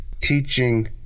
teaching